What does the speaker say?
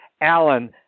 Alan